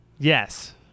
Yes